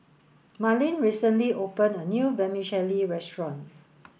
Marleen recently open a new Vermicelli restaurant